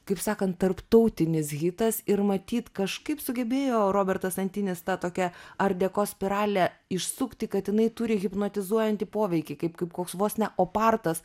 kaip sakant tarptautinis hitas ir matyt kažkaip sugebėjo robertas antinis tą tokią ardeko spiralę išsukti kad jinai turi hipnotizuojantį poveikį kaip kaip koks vos ne opartas